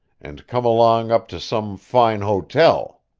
and come along up to some foine hotel.